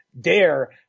dare